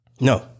No